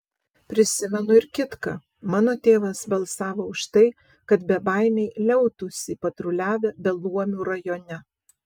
prisimenu ir kitką mano tėvas balsavo už tai kad bebaimiai liautųsi patruliavę beluomių rajone